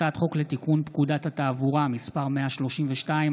הצעת חוק לתיקון פקודת התעבורה (מס' 132),